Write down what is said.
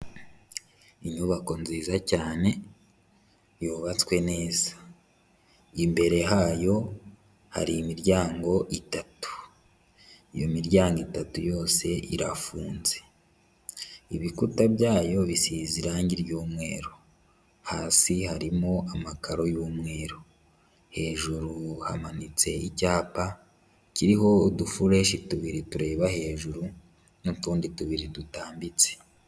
Inyubako nziza cyane yubatswe neza, imbere hayo hari imiryango itatu, iyo miryango itatu yose irafunze, ibikuta byayo bisize irangi ry'umweru hasi harimo amakaro y'umweru, hejuru hamanitse icyapa kiriho udufureshi tubiri tureba hejuru n'utundi tubiri dutambitse.